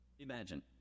Imagine